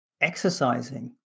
exercising